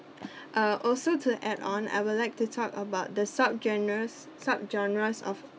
uh also to add on I would like to talk about the sub genres sub genres of